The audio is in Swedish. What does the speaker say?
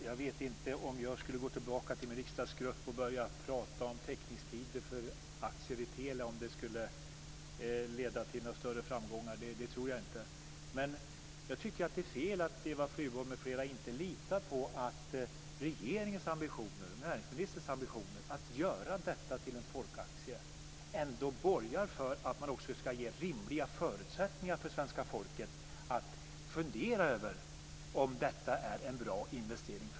Fru talman! Jag vet inte om det skulle leda till några större framgångar om jag gick tillbaka till riksdagsgruppen och började prata om teckningstiden för aktier i Telia. Det tror jag inte. Jag tycker att det är fel att Eva Flyborg m.fl. inte litar på att regeringens och näringsministerns ambitioner att göra detta till en folkaktie borgar för att man också ska ge rimliga förutsättningar för svenska folket att fundera om detta är en bra investering.